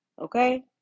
Okay